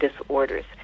disorders